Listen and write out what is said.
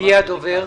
מי הדובר?